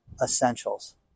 essentials